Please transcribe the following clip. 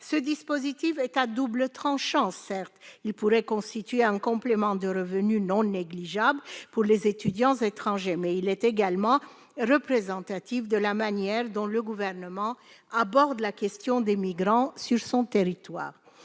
Ce dispositif est à double tranchant : certes, il pourrait constituer un complément de revenus non négligeable pour les étudiants étrangers, mais il est également représentatif de la manière dont le Gouvernement aborde la question des migrants sur son territoire.